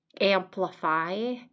amplify